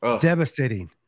devastating